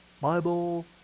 Bible